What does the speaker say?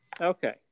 okay